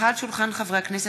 הונחה על שולחן הכנסת,